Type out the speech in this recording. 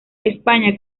españa